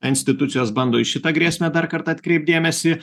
institucijos bando į šitą grėsmę dar kartą atkreipt dėmesį